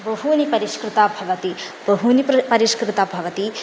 बहु परिष्कृतं भवति बहु प्रर् परिष्कृतं भवति